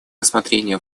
рассмотрение